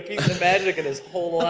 magic in his whole